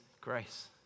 grace